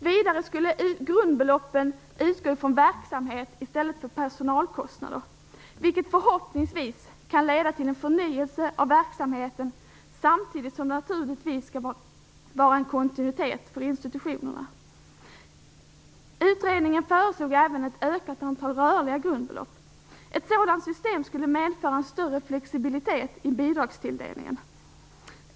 Vidare skulle grundbeloppen utgå från verksamhet i stället för från personalkostnader, vilket förhoppningsvis kan leda till en förnyelse av verksamheten samtidigt som det naturligtvis skall finnas en kontinuitet för institutionerna. Utredningen föreslog även ett ökat antal rörliga grundbelopp. Ett sådant system skulle medföra en större flexibilitet i bidragstilldelningen.